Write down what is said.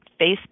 Facebook